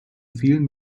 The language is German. vielen